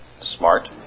smart